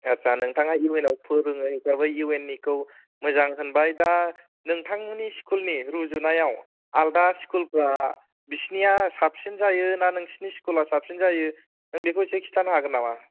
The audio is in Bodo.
आथसा नोंथाङा इउ एन आव फोरोङो हिसाबै इउ एन निखौ मोजां होनबाय दा नोंथांमोननि स्कुलनि रुजुनायाव आलदा स्कुलफ्रा बिसिनिया साबसिन जायो ना नोंसिनि स्कुला साबसिन जायो नों बेखौ एसे खिथानो हागोन नामा